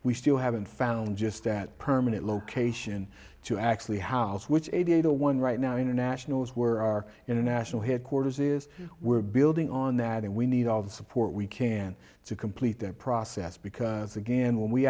we still haven't found just that permanent location to actually house which is a data one right now international is where our international headquarters is we're building on that and we need all the support we can to complete that process because again when we